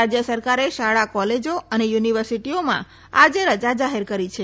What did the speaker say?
રાજય સરકારે શાળા કોલેજો અને યુનીવર્સીટીમાં આજે રજા જાહેર કરી છે